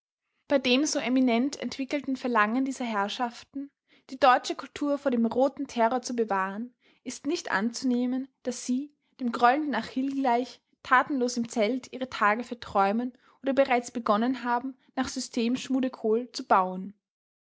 bei dem so eminent entwickelten verlangen dieser herrschaften die deutsche kultur vor dem roten terror zu bewahren ist nicht anzunehmen daß sie dem grollenden achill gleich tatenlos im zelt ihre tage verträumen oder bereits begonnen haben nach system schmude kohl zu bauen